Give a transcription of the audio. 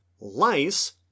lice